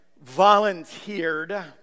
volunteered